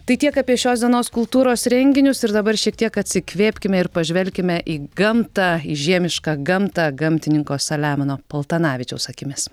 tai tiek apie šios dienos kultūros renginius ir dabar šiek tiek atsikvėpkime ir pažvelkime į gamtą į žiemišką gamtą gamtininko saliamono paltanavičiaus akimis